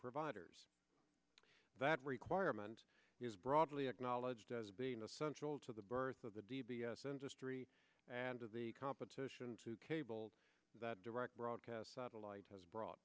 providers that requirement is broadly acknowledged as being essential to the birth of the d b s industry and of the competition to cable that direct broadcast satellite has brought